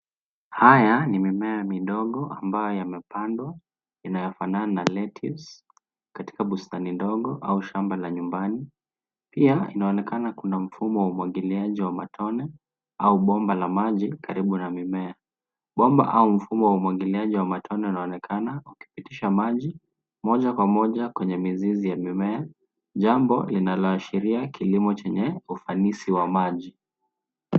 Haya ni mimea midogo ambayo yamepandwa inayofanana na lettuce katika bustani ndogo au shamba la nyumbani. Pia inaonekana kuna mfumo wa umwagiliaji wa matone au bomba la maji karibu na mimea. Bomba au mfumo wa umwagiliaji wa matone unaonekana kupitisha maji moja kwa moja kwenye mizizi ya mimea jambo linaloashiria kilimo chenye ufanisi wa maji.